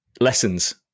lessons